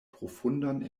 profundan